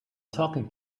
talking